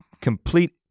complete